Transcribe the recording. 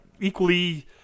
equally